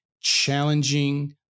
challenging